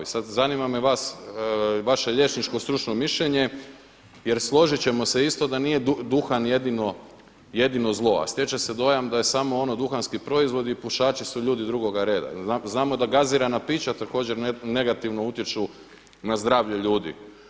I sad zanima me vaše liječničko stručno mišljenje jer složit ćemo se isto da nije duhan jedino zlo a stječe se dojam da je samo ono duhanski proizvodi i pušači su ljudi drugoga reda, znamo da gazirana pića također negativno utječu na zdravlje ljudi.